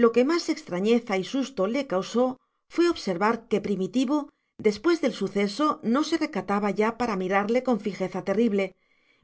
lo que más extrañeza y susto le causó fue observar que primitivo después del suceso no se recataba ya para mirarle con fijeza terrible